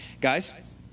Guys